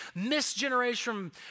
misgeneration